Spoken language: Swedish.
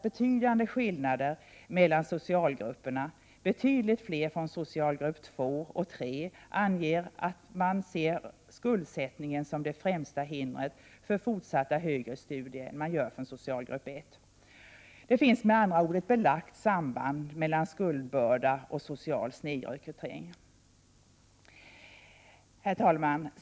Betydande skillnader uppvisas mellan socialgrupperna. Betydligt fler från socialgrupp 2 och 3 än från socialgrupp 1 anger att man ser skuldsättningen som det främsta hindret för fortsatta högre studier. Det finns med andra ord ett belagt samband mellan skuldbörda och social snedrekrytering. Herr talman!